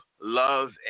Love